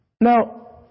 Now